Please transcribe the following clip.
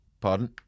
Pardon